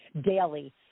daily